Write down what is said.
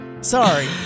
Sorry